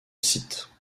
site